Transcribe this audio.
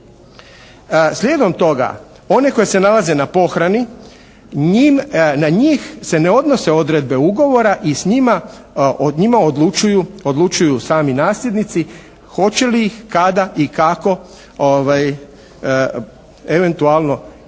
Slijedom toga one koje se nalaze na pohrani na njih se odnose odredbe ugovora i s njima, o njima odlučuju sami nasljednici hoće li ih, kada i kako eventualno kopirati